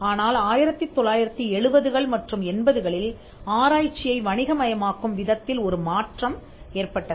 ஆனால் 1970கள் மற்றும் 80களில் ஆராய்ச்சியை வணிக மயமாக்கும் விதத்தில் ஒரு மாற்றம் ஏற்பட்டது